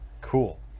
Cool